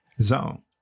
zone